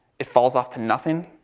it falls off to nothing.